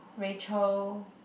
Rachel